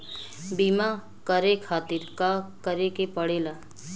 बीमा करे खातिर का करे के पड़ेला?